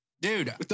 Dude